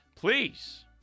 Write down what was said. Please